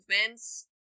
movements